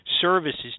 services